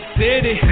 city